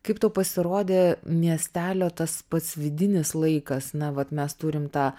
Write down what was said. kaip tau pasirodė miestelio tas pats vidinis laikas na vat mes turim tą